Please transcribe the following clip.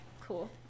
Cool